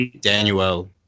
Daniel